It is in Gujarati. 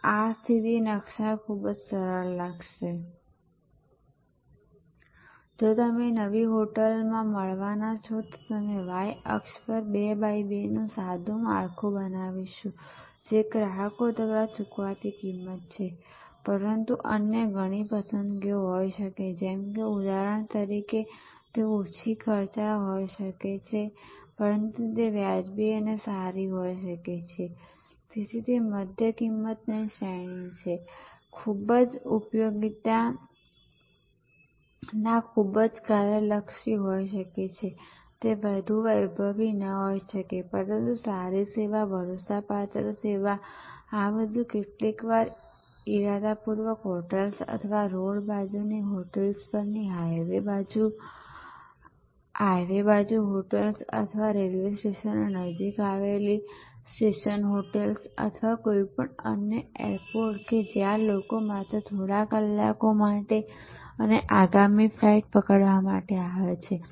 I આ સ્થિતિ નકશા ખૂબ જ સરળ લાગશે જો તમે નવી હોટેલમાં મળવાના છો તો અમે y અક્ષ પર 2 બાય 2 નું સાદું માળખું બનાવીશું જે ગ્રાહકો દ્વારા ચૂકવવાતી કિમત છે પરંતુ અન્ય ઘણી પસંદગીઓ હોઈ શકે છે જેમ કે ઉદાહરણ તરીકે તે ઓછી ખર્ચાળ હોઈ શકે છે પરંતુ વ્યાજબી રીતે સારી સેવા તેથી તે મધ્યમ કિંમતની શ્રેણી છે અને ખૂબ જ ઉપયોગીતા ખૂબ જ કાર્યલક્ષી હોઈ શકે છે તે વધુ વૈભવી ન હોઈ શકે પરંતુ સારી સેવા ભરોસાપાત્ર સેવા આ બધું કેટલીકવાર ઇરાદાપૂર્વક હોટેલ્સ અથવા રોડ બાજુ હોટેલ્સ પરની હાઇવે બાજુ હોટેલ્સ અથવા રેલવે સ્ટેશનની નજીક આવેલી સ્ટેશન હોટેલ્સ અથવા કોઈપણ અન્ય એરપોર્ટ જ્યાં લોકો માત્ર થોડા કલાકો માટે અને આગલી ફ્લાઇટ પકડવા માટે આવે છે